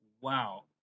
Wow